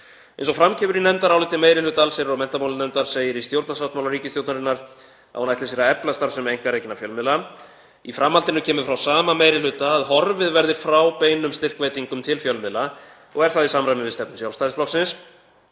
Eins og fram kemur í nefndaráliti meiri hluta allsherjar- og menntamálanefndar segir í stjórnarsáttmála ríkisstjórnarinnar að hún ætli sér að efla starfsemi einkarekinna fjölmiðla. Í framhaldinu kemur frá sama meiri hluta að horfið verði frá beinum styrkveitingum til fjölmiðla og er það í samræmi við stefnu Sjálfstæðisflokksins.